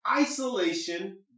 Isolation